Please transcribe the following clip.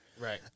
right